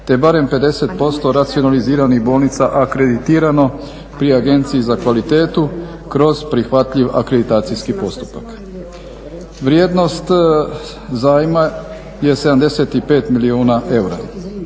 te barem 50% racionaliziranih bolnica akreditirano pri agenciji za kvalitetu kroz prihvatljiv akreditacijski postupak. Vrijednost zajma je 75 milijuna eura.